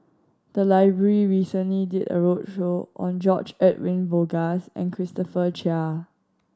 the library recently did a roadshow on George Edwin Bogaars and Christopher Chia